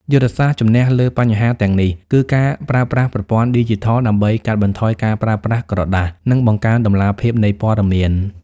យុទ្ធសាស្ត្រជំនះលើបញ្ហាទាំងនេះ គឺការប្រើប្រាស់ប្រព័ន្ធឌីជីថលដើម្បីកាត់បន្ថយការប្រើប្រាស់ក្រដាស និងបង្កើនតម្លាភាពនៃព័ត៌មាន។